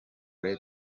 lady